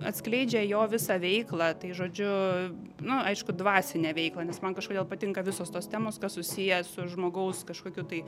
atskleidžia jo visą veiklą tai žodžiu nu aišku dvasinę veiklą nes man kažkodėl patinka visos tos temos kas susiję su žmogaus kažkokiu tai